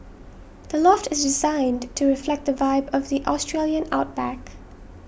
the loft is designed to reflect the vibe of the Australian outback